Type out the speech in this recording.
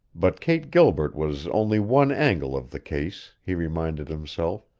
but kate gilbert was only one angle of the case, he reminded himself,